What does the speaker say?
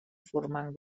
formant